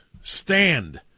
stand